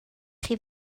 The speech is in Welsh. chi